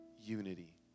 unity